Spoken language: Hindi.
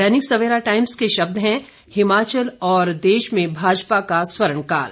दैनिक सवेरा टाइम्स के शब्द हैं हिमाचल और देश में भाजपा का स्वर्णकाल